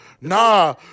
Nah